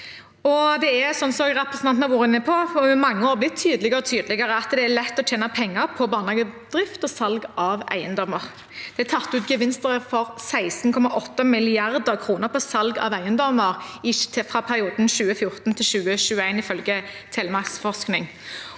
alle barn. Som representanten har vært inne på, har det over mange år blitt tydeligere og tydeligere at det er lett å tjene penger på barnehagedrift og salg av eiendommer. Det er tatt ut gevinster for 16,8 mrd. kr på salg av eiendommer i perioden 2014–2021, ifølge Telemarksforsking,